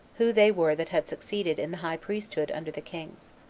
who they were that had succeeded in the high priesthood under the kings.